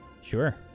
Sure